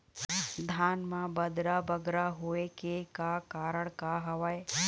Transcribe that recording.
धान म बदरा बगरा होय के का कारण का हवए?